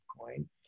coin